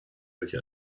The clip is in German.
welche